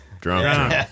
Drunk